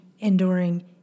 enduring